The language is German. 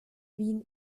wien